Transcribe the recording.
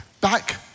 back